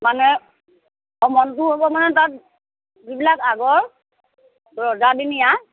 মানে হ'ব মানে তাত যিবিলাক আগৰ ৰজাদিনীয়া